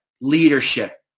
leadership